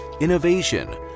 innovation